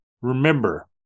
remember